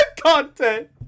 content